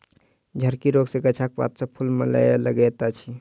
झड़की रोग सॅ गाछक पात आ फूल मौलाय लगैत अछि